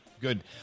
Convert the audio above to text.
good